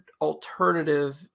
alternative